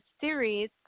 series